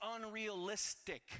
unrealistic